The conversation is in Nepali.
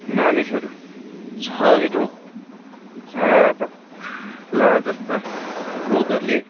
मानिसहरू क्षयरोग झाडापखाला जस्ता रोगहरूले